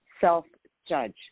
self-judge